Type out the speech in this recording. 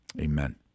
amen